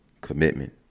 commitment